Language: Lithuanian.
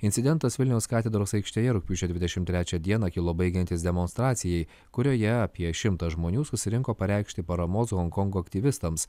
incidentas vilniaus katedros aikštėje rugpjūčio dvidešimt trečią dieną kilo baigiantis demonstracijai kurioje apie šimtas žmonių susirinko pareikšti paramos honkongo aktyvistams